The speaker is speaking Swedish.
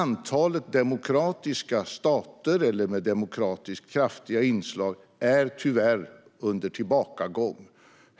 Antalet demokratiska stater eller med kraftigt demokratiska inslag är tyvärr under tillbakagång.